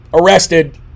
arrested